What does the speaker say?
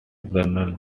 general